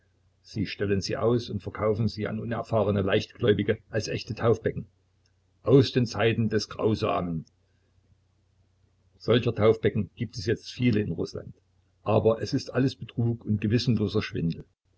sie stellen sie aus und verkaufen sie an unerfahrene leichtgläubige als echte taufbecken aus den zeiten des grausamen solcher taufbecken gibt es jetzt viele in rußland aber es ist alles betrug und gewissenloser schwindel